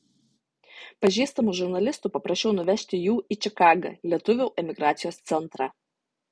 pažįstamų žurnalistų paprašiau nuvežti jų į čikagą lietuvių emigracijos centrą